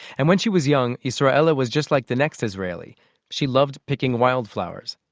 and when she was young, israela was just like the next israeli she loved picking wildflowers.